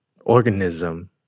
organism